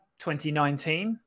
2019